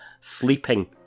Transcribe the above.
sleeping